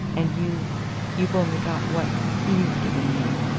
and you you've only got what he's given you.